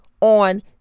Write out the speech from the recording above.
on